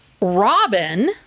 robin